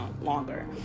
longer